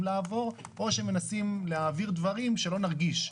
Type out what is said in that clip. לעבור או שמנסים להעביר דברים שלא נרגיש,